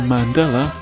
Mandela